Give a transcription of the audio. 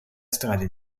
strade